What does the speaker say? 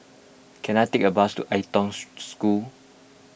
can I take a bus to Ai Tong School